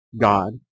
God